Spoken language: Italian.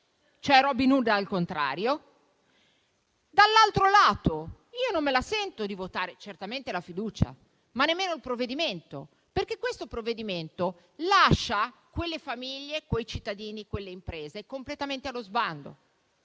cioè Robin Hood al contrario; dall'altro lato, io non me la sento di votare certamente la fiducia, ma nemmeno il provvedimento, perché lascia quelle famiglie, quei cittadini e quelle imprese completamente allo sbando.